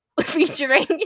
featuring